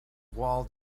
walled